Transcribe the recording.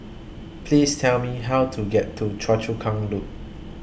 Please Tell Me How to get to Choa Chu Kang Loop